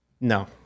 no